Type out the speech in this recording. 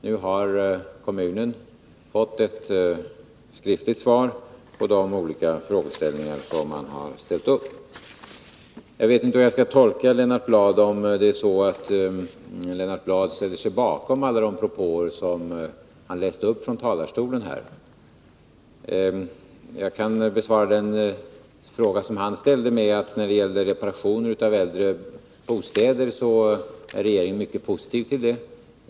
Nu har kommunen fått skriftligt svar på de olika frågor man hade ställt. Jag vet inte hur jag skall tolka Lennart Bladh. Är det så att Lennart Bladh ställer sig bakom alla de propåer som han läste upp från talarstolen? Jag kan besvara den fråga som Lennart Bladh ställde med att säga att när det gäller reparation av äldre bostäder så är regeringen mycket positiv till det.